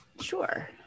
Sure